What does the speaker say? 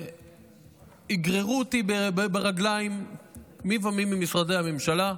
שיגררו אותי ברגליים מי ומי ממשרדי הממשלה,